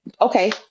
okay